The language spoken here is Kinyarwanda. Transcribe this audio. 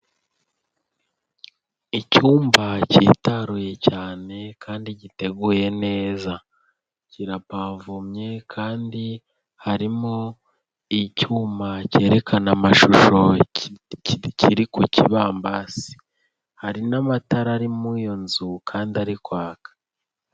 Icyumba cyitaruye cyane kandi giteguye neza. Kirapavomye kandi harimo icyuma kerekana amashusho kiri ku kibambasi. Hari n'amatara ari muri iyo nzu kandi ari kwaka.